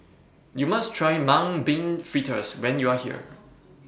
YOU must Try Mung Bean Fritters when YOU Are here